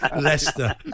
Leicester